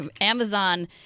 Amazon